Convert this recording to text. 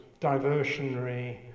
diversionary